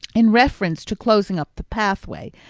in reference to closing up the pathway,